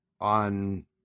on